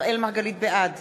בעד